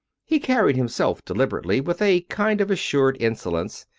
he carried himself deliberately, with a kind of assured insolence,